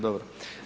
Dobro.